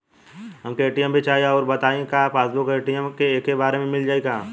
हमके ए.टी.एम भी चाही राउर बताई का पासबुक और ए.टी.एम एके बार में मील जाई का?